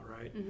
right